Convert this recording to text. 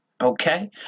Okay